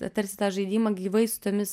tarsi tą žaidimą gyvai su tomis